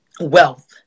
wealth